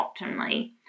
optimally